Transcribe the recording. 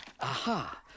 Aha